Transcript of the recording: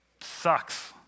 Sucks